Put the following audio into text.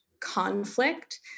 conflict